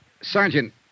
Sergeant